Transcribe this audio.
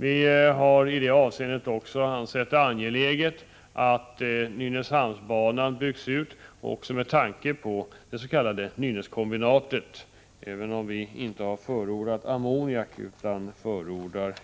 Vi har i det avseendet ansett det angeläget att Nynäshamnsbanan byggs ut, bl.a. med tanke på det s.k. Nynäskombinatet, även om vi inte har förordat ammoniak utan